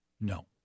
No